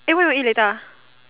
eh what you want eat later ah